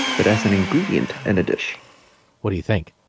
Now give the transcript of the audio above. but as an ingredient in a dish what do you think?